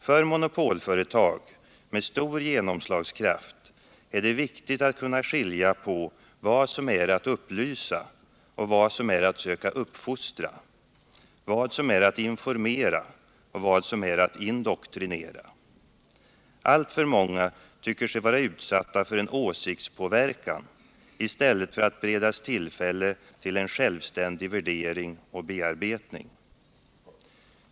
För monopolföretag med stor genomslagskraft är det viktigt att kunna skilja på vad som är att upplysa och vad som är att söka uppfostra, vad som är att informera och vad som är att indoktrinera. Alltför många tycker sig vara utsatta för en åsiktspåverkan i stället för att beredas tillfälle till en självständig värdering och bearbetning.